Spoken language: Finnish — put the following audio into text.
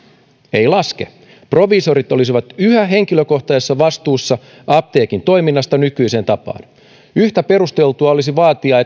ei laske proviisorit olisivat yhä henkilökohtaisessa vastuussa apteekin toiminnasta nykyiseen tapaan yhtä perusteltua olisi vaatia